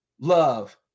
love